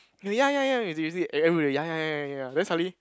ya ya ya you see you see everybody ya ya ya ya then suddenly